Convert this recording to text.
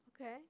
Okay